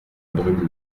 brume